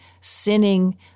sinning